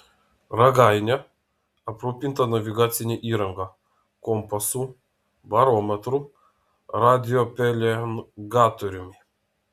ragainė aprūpinta navigacine įranga kompasu barometru radiopelengatoriumi